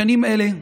בשנים אלו,